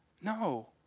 no